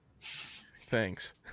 Thanks